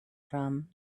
from